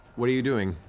what are you doing?